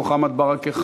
מוחמד ברכה,